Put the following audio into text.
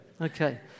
Okay